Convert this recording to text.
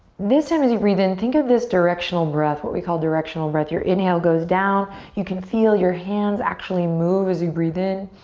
this time as you breathe in, think of this directional breath, what we call directional breath. your inhale goes down, you can feel your hands actually move as you breathe in.